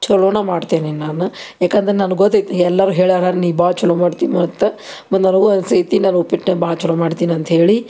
ಛಲೋನ ಮಾಡ್ತೀನಿ ನಾನು ಯಾಕಂದ್ರೆ ನನಗೆ ಗೊತ್ತೈತಿ ಎಲ್ಲರೂ ಹೇಳ್ಯಾರೆ ನೀ ಭಾಳ ಛಲೋ ಮಾಡ್ತಿ ಮತ್ತು ಬಂದವ್ರಿಗೂ ಅನಿಸೈತಿ ನಾನು ಉಪ್ಪಿಟ್ಟು ಭಾಳ ಛಲೋ ಮಾಡ್ತೀನಿ ಅಂತೇಳಿ